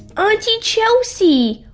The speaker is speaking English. auntie chelsea,